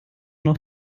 noch